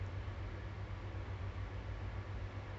macam tak dapat jumpa kawan